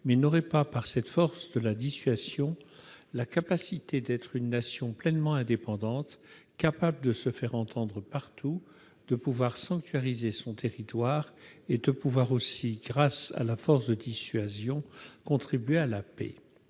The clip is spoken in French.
mais n'aurait pas, par cette force de la dissuasion, la capacité d'être une nation pleinement indépendante, capable de se faire entendre partout, de pouvoir sanctuariser son territoire et de pouvoir aussi, grâce à la force de dissuasion, contribuer à la paix.